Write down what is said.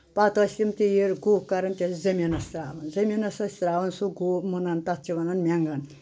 پَتہٕ ٲسۍ یِم تہِ یُہ کَرَان تہِ ٲسۍ زٔمیٖنَس ترٛاوَان زٔمیٖنَس ٲسۍ ترٛاوَان سُہ گُہہ مُنان تَتھ چھِ وَنان مینٛگَن